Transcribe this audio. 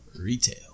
Retail